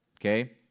okay